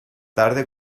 tarde